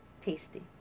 tasty